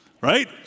Right